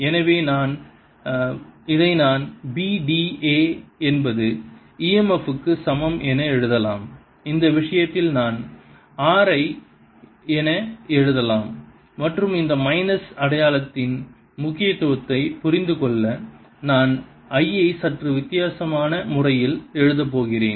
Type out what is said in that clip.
எனவே இதை நான் b d a என்பது e m f க்கு சமம் என எழுதலாம் இந்த விஷயத்தில் நான் r I என எழுதலாம் மற்றும் இந்த மைனஸ் அடையாளத்தின் முக்கியத்துவத்தை புரிந்து கொள்ள நான் I ஐ சற்று வித்தியாசமான முறையில் எழுதப் போகிறேன்